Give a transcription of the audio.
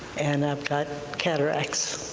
and um kind of cataracts,